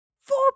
four